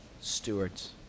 stewards